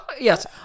Yes